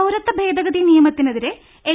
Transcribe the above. പൌരത്വ ഭേദഗതി നിയമത്തിനെതിരെ എൽ